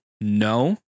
no